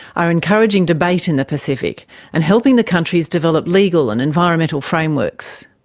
are encouraging debate in the pacific and helping the countries develop legal and environmental frameworks.